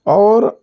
और